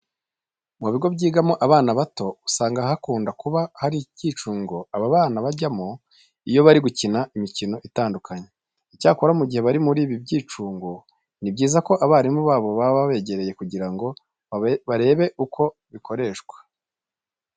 Mu bigo byigaho abana bato usanga hakunda kuba hari ibyicungo aba bana bajyamo iyo bari gukina imikino itandukanye. Icyakora mu gihe bari muri ibi byicungo, ni byiza ko abarimu babo baba babegereye kugira ngo babereke uko bikoreshwa.